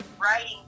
writing